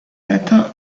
latin